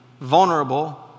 vulnerable